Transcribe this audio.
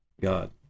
God